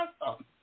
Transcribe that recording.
awesome